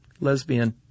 Lesbian